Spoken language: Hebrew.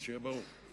שיהיה ברור.